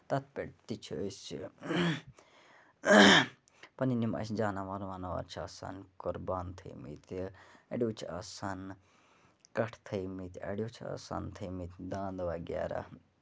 تَتھ پٮ۪ٹھ تہِ چھِ أسۍ پَنٕنۍ یِم اَسہِ جانوار واناوار چھِ آسان قۄربان تھٲیمٕتۍ اَڑیو چھِ آسان کَٹھ تھٲیمٕتۍ اَڑیو چھِ آسان تھٲیمٕتۍ داند وغیرہ